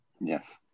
yes